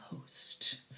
host